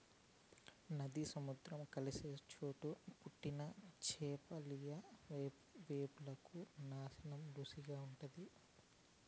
నది, సముద్రం కలిసే చోట పుట్టిన చేపలియ్యి వేపుకు శానా రుసిగుంటాది